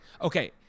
Okay